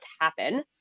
happen